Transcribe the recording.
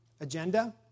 agenda